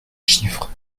chiffres